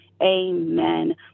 Amen